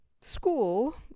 school